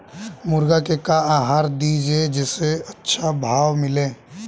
मुर्गा के का आहार दी जे से अच्छा भाव मिले?